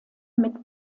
mit